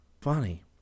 Funny